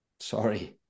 sorry